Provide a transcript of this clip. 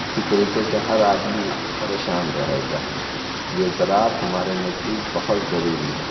اِسی طریقے سے ہر آدمی پریشان رہے گا اِس لیے زراعت ہمارے نزدیک بہت ضروری ہے